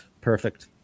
Perfect